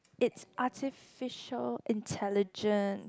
it's artificial intelligence